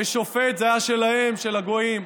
ושופט היה שלהם, של הגויים.